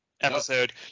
Episode